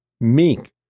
meek